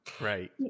right